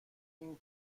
این